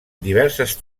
diverses